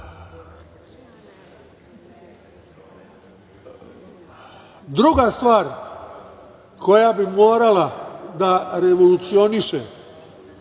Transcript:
stvar koja bi morala da revolucioniše